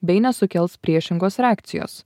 bei nesukels priešingos reakcijos